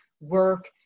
work